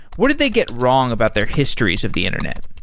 what did they get wrong about their histories of the internet?